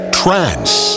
trance